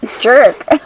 jerk